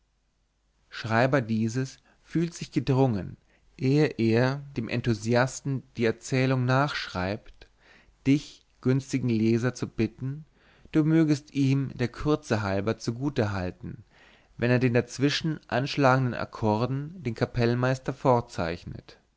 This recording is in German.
schreiber dieses fühlt sich gedrungen ehe er dem enthusiasten die erzählung nachschreibt dich günstigen leser zu bitten du mögest ihm der kürze halber zugute halten wenn er den dazwischen anschlagenden akkorden den kapellmeister vorzeichnet